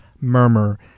murmur